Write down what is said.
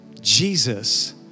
Jesus